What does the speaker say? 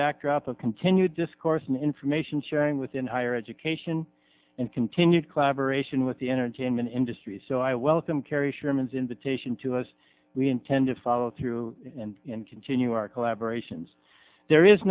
backdrop of continued discourse in information sharing within higher education and continued collaboration with the entertainment industry so i welcome carrie sherman's invitation to us we intend to follow through and in continue our collaboration's there is